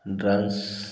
dance